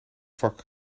vak